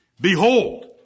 Behold